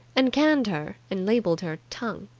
and canned her and labelled her tongue.